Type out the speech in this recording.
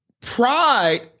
Pride